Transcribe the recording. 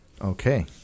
Okay